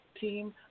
team